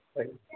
ଆଜ୍ଞା